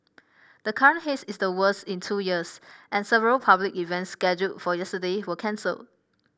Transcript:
the current haze is the worst in two years and several public events scheduled for yesterday were cancelled